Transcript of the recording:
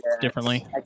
differently